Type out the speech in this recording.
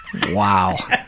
wow